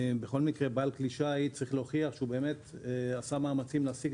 בעל כלי שיט צריך להוכיח שהוא באמת עשה מאמצים להשיג